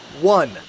One